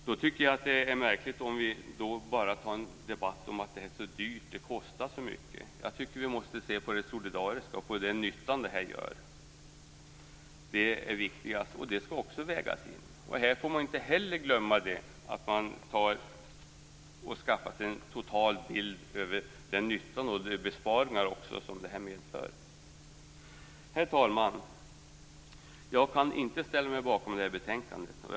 Därför tycker jag att det är märkligt om vi bara har en debatt om att det är så dyrt och kostar så mycket. Vi måste se till det solidariska och till den nytta som medicinen gör. Det är det viktiga, och det skall också vägas in. Man får inte glömma att skaffa sig en total bild över den nytta och de besparingar som den medför. Herr talman! Jag kan inte ställa mig bakom hemställan i det här betänkandet.